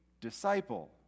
disciple